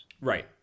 Right